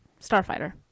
starfighter